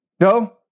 No